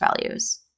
values